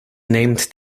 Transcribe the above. named